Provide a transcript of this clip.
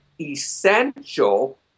essential